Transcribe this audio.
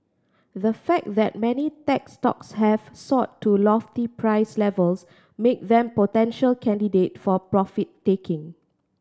the fact that many tech stocks have soared to lofty price levels make them potential candidate for profit taking